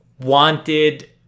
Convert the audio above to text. wanted